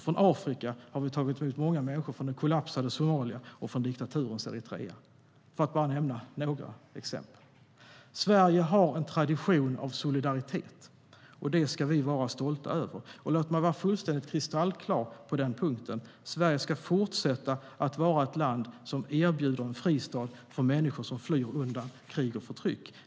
Från Afrika har vi tagit emot många människor från det kollapsade Somalia och från diktaturens Eritrea - för att bara nämna några exempel. Sverige har en tradition av solidaritet, och det ska vi vara stolta över. Låt mig vara fullständigt kristallklar på den punkten. Sverige ska fortsätta att vara ett land som erbjuder en fristad för människor som flyr undan krig och förtryck.